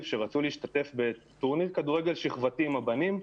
שרצו להשתתף בטורניר כדורגל שכבתי עם הבנים.